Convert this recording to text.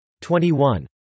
21